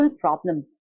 problem